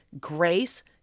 grace